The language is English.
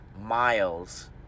miles